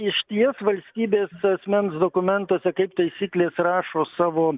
išties valstybės asmens dokumentuose kaip taisyklės rašo savo